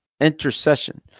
intercession